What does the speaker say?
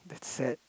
that's sad